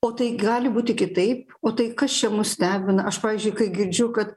o tai gali būti kitaip o tai kas čia mus stebina aš pavyzdžiui kai girdžiu kad